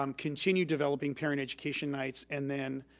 um continue developing parent education nights and then